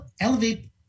Elevate